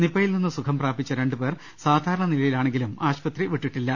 നിപയിൽ നിന്ന് സുഖം പ്രാപിച്ച രണ്ടു പേർ സാധാരണ നിലയിലാണെങ്കിലും ആശുപത്രി വിട്ടിട്ടില്ല